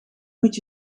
moet